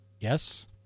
Yes